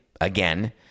again